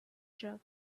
jug